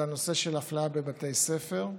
זה הנושא של אפליה בבתי ספר.